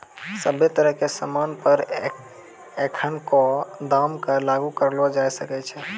सभ्भे तरह के सामान पर एखनको दाम क लागू करलो जाय सकै छै